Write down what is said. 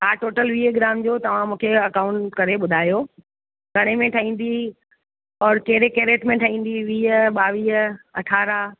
हा टोटल वीह ग्राम जो तव्हां मूंखे अकाउंट करे ॿुधायो घणे में ठहींदी और कहिड़े कैरेट में ठहींदी वीह ॿावीह अरिड़हं